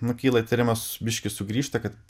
nu kyla įtarimas biški sugrįžta kad